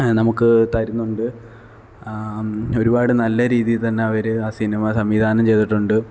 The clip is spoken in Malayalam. നമുക്ക് തരുന്നുണ്ട് ഒരുപാട് നല്ല രീതിയിൽ തന്നെ അവർ ആ സിനിമ സംവിധാനം ചെയ്തിട്ടുണ്ട്